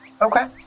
Okay